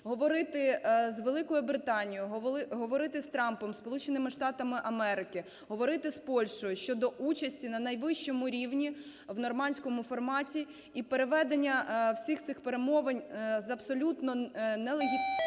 говорити з Великою Британією, говорити з Трампом, з Сполученими Штатами Америки, говорити з Польщею щодо участі на найвищому рівні в нормандському форматі, і переведення всіх цих перемовин з абсолютно нелегітимного